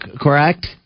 correct